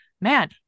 man